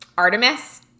Artemis